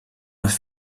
les